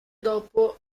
dopo